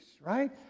right